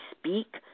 speak